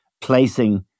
placing